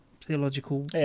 theological